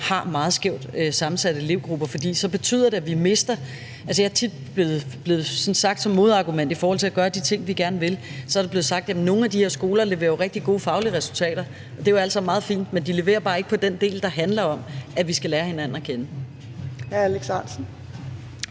har meget skævt sammensatte elevgrupper, for så betyder det, at vi mister noget. Altså, jeg har tit hørt som modargument i forhold til at gøre de ting, vi gerne vil, at nogle af de her skoler leverer rigtig gode faglige resultater. Og det er jo alt sammen meget fint, men de leverer bare ikke på den del, der handler om, at vi skal lære hinanden at kende. Kl.